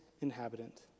inhabitant